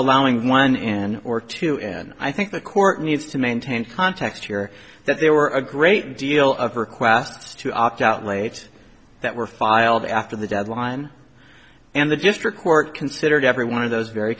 allowing one in or two and i think the court needs to maintain context here that there were a great deal of requests to opt out late that were filed after the deadline and the district court considered every one of those very